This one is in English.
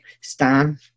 Stan